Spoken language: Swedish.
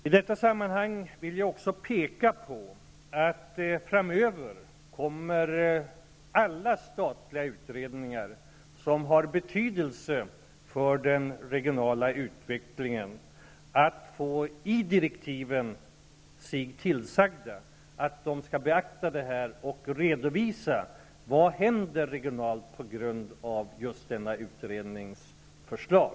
I detta sammanhang vill jag också peka på att framöver kommer alla statliga utredningar som har betydelse för den regionala utvecklingen att få i direktiven sig tillsagt att de skall beakta det här och redovisa vad som händer regionalt på grund av utredningens förslag.